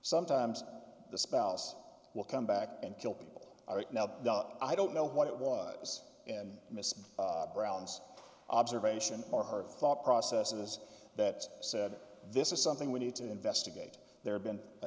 sometimes the spouse will come back and kill people right now i don't know what it was in miss brown's observation or her thought processes that said this is something we need to investigate there's been a